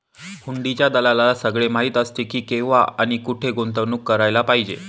हुंडीच्या दलालाला सगळं माहीत असतं की, केव्हा आणि कुठे गुंतवणूक करायला पाहिजे